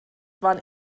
waren